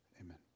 Amen